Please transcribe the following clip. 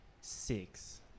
Six